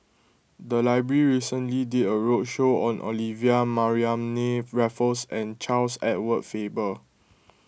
the library recently did a roadshow on Olivia Mariamne Raffles and Charles Edward Faber